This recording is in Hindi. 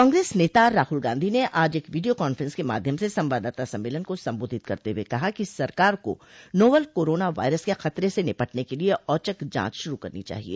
कांग्रेस नेता राहुल गांधी ने आज एक वीडियो कान्फ्रेंस के माध्यम से संवाददाता सम्मेलन को संबोधित करते हुए कहा कि सरकार को नोवल कोरोना वायरस के खतरे से निपटने के लिए औचक जांच शुरू करनी चाहिए